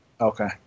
Okay